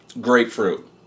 grapefruit